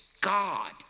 God